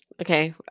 okay